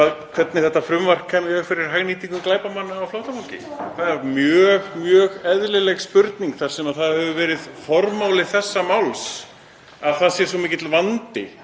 hvernig þetta frumvarp kæmi í veg fyrir hagnýtingu glæpamanna á flóttafólki, mjög eðlileg spurning þar sem það hefur verið formáli þessa máls að það sé svo mikill vandi